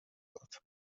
داد